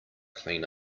clean